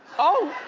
oh,